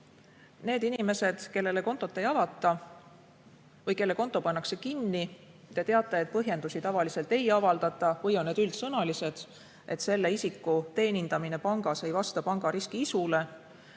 nendele inimestele, kellele kontot ei avata või kelle konto pannakse kinni. Te teate, et põhjendusi tavaliselt ei avaldata või on need üldsõnalised, et selle isiku teenindamine pangas ei vasta panga riskiisule.